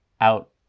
out